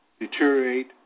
deteriorate